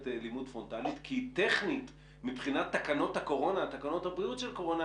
לימוד פרונטלית כי טכנית מבחינת תקנות הבריאות של הקורונה,